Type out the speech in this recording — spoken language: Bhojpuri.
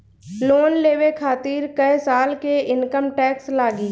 लोन लेवे खातिर कै साल के इनकम टैक्स लागी?